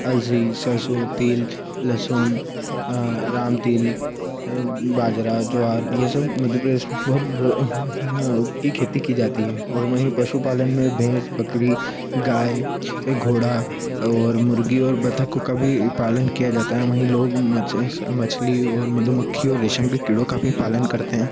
अलसी सरसों तिल लहसुन राम तिल बाजरा ज्वार ये सब मध्य प्रदेश में बहुत की खेती की जाती है और वहीं पशु पालन में भैंस बकरी गाय घोड़ा और मुर्गी और बतखों का भी पालन किया जाता है वहीं लोग मछली और मधुमक्खी और रेशम के कीड़ों का भी पालन करते हैं